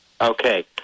Okay